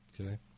Okay